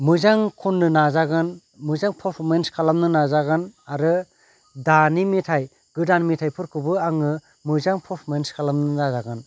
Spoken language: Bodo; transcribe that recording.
मोजां खननो नाजागोन मोजां पारफरमेन्स खालामनो नाजागोन आरो दानि मेथाइ गोदान मेथाइफोरखौबो आङो मोजां पारफरमेन्स खालामनो नाजागोन